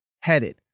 headed